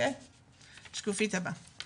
השקופית הבאה